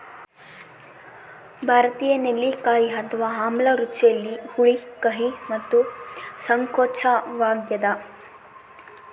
ಭಾರತೀಯ ನೆಲ್ಲಿಕಾಯಿ ಅಥವಾ ಆಮ್ಲ ರುಚಿಯಲ್ಲಿ ಹುಳಿ ಕಹಿ ಮತ್ತು ಸಂಕೋಚವಾಗ್ಯದ